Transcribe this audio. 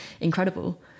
incredible